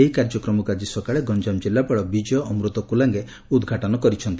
ଏହି କାର୍ଯ୍ୟକ୍ରମକୁ ଆଜି ସକାଳେ ଗଞାମ ଜିଲ୍ଲାପାଳ ବିଜୟ ଅମୂତ କୁଲାଙେ ଉଦ୍ଘାଟନ କରିଛନ୍ତି